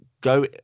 go